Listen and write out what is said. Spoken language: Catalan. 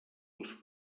els